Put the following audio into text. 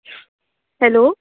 hello